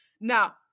Now